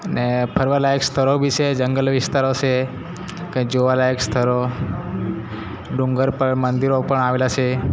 ને ફરવાલાયક સ્થળો બી છે જંગલ વિસ્તારો છે કંઈ જોવાલાયક સ્થળો ડુંગર પર મંદિરો પણ આવેલા છે